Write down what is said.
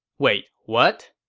wait, what?